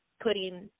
putting